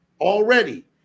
already